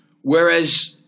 Whereas